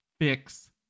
fix